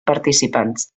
participants